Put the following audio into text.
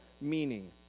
meaning